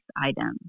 item